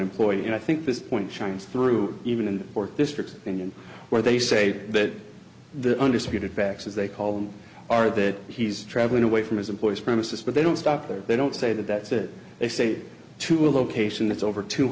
employee and i think this point shines through even in the fourth district union where they say that the undisputed facts as they call them are that he's traveling away from his employers premises but they don't stop there they don't say that that's it they say to a location that's over two